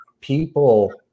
People